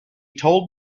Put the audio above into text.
told